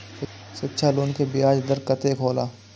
शिक्षा लोन के ब्याज दर कतेक हौला?